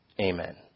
Amen